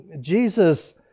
Jesus